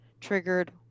triggered